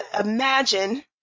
imagine